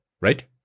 right